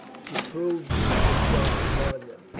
he proved himself upon them.